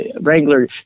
Wrangler